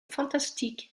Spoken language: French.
fantastique